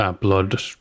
blood